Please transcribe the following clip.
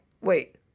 wait